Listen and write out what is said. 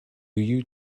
you